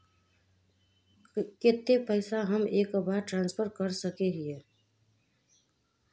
केते पैसा हम एक बार ट्रांसफर कर सके हीये?